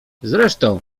zresztą